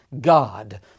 God